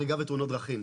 הריגה ותאונות דרכים.